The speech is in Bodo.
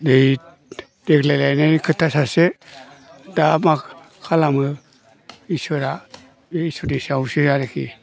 दा नै देग्लाय लायनायनि खोथा सासे दा मा खालामो इसोरा बे इसोरनि सायावसो आरोखि